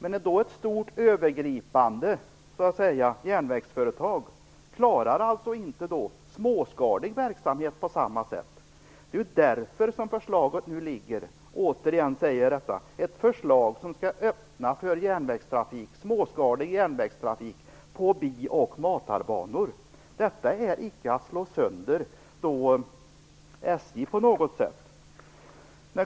Ett stort, så att säga övergripande, järnvägsföretag klarar alltså inte småskalig verksamhet på samma sätt. Det är därför förslaget nu föreligger - återigen säger jag detta - ett förslag som skall öppna för småskalig järnvägstrafik på bi och matarbanor. Detta är icke att slå sönder SJ på något sätt.